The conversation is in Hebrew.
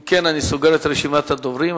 אם כן, אני סוגר את רשימת הדוברים.